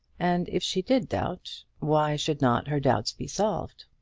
and if she did doubt, why should not her doubts be solved?